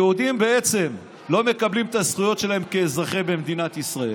היהודים בעצם לא מקבלים את הזכויות שלהם כאזרחים במדינת ישראל,